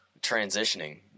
transitioning